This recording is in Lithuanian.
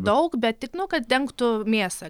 daug bet tik nu kad dengtų mėsą